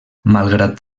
malgrat